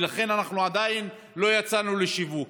ולכן אנחנו עדיין לא יצאנו לשיווק.